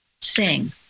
sing